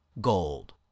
gold